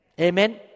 Amen